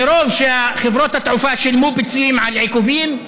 מרוב שחברות התעופה שילמו פיצויים על עיכובים,